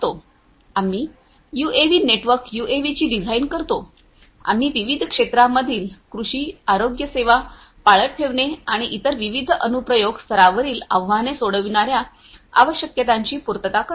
आम्ही UAV network यूएव्हीची design करतो आम्ही विविध क्षेत्रांमधील कृषी आरोग्यसेवा पाळत ठेवणे आणि इतर विविध अनुप्रयोग स्तरावरील आव्हाने सोडविणार्या आवश्यकतांची पूर्तता करतो